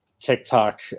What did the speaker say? TikTok